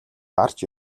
гарч